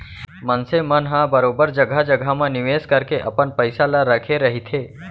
मनसे मन ह बरोबर जघा जघा निवेस करके अपन पइसा ल रखे रहिथे